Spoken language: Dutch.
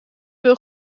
wil